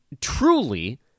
truly